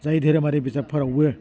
जाय दोहोरोमारि बिजाबफोरावबो